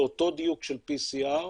באותו דיוק של PCR,